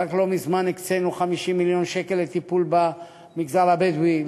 רק לא מזמן הקצינו 50 מיליון שקל לטיפול במגזר הבדואי.